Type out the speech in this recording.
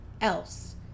else